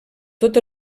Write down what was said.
tot